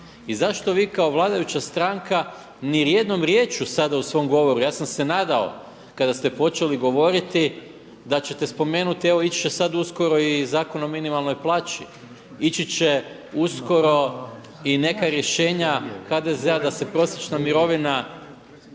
I zašto vi kao vladajuća stranka ni jednom riječju sada u svom govoru, ja sam se nadao kada ste počeli govoriti da ćete spomenuti, evo ići će sada uskoro i Zakon o minimalnoj plaći, ići će uskoro i neka rješenja HDZ-a da se prosječna mirovina